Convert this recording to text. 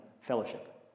fellowship